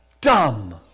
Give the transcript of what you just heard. dumb